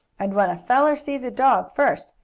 and when a feller sees a dog first,